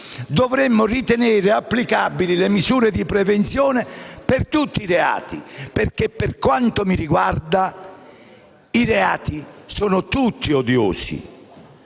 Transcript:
dovremmo ritenere applicabili le misure di prevenzione per tutti i reati. Per quanto mi riguarda, i reati sono tutti odiosi,